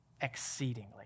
exceedingly